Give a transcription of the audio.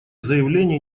заявления